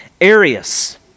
Arius